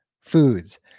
foods